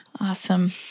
Awesome